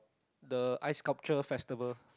the ice sculpture festival